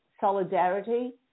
solidarity